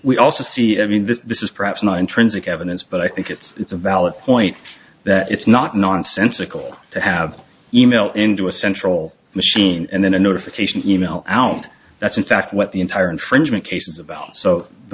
we also see i mean this is perhaps not intrinsic evidence but i think it's a valid point that it's not nonsensical to have e mail into a central machine and then a notification e mail out and that's in fact what the entire infringement case is about so the